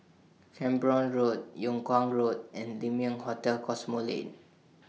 Camborne Road Yung Kuang Road and Lai Ming Hotel Cosmoland